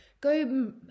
Go